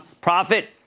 profit